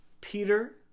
Peter